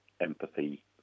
empathy